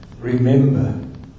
Remember